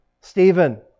Stephen